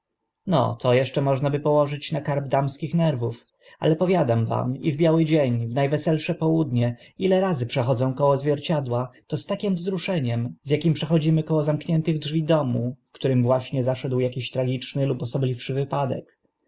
no to eszcze można by położyć na karb damskich nerwów ale powiadam wam i w biały dzień w na weselsze południe ile razy przechodzę koło zwierciadła to z takim wzruszeniem z akim przechodzimy koło zamkniętych drzwi domu w którym właśnie zaszedł akiś tragiczny lub osobliwszy wypadek